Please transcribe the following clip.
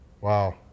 Wow